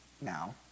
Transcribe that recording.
now